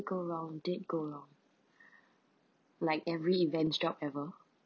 go wrong did go wrong like every events job ever